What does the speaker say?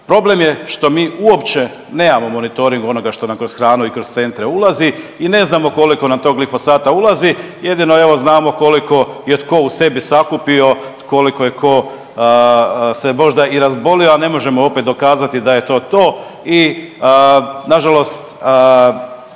Problem je što mi uopće nemamo monitoring onoga što nam kroz hranu i kroz centre ulazi i ne znamo koliko nam to glifosata ulazi, jedino evo znamo koliko je tko u sebi sakupio, koliko je ko se možda i razbolio, a ne možemo opet dokazati da je to to i nažalost